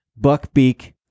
Buckbeak